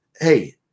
hey –